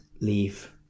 leave